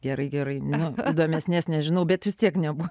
gerai gerai ne tada mes nes nežinau bet vis tiek nebus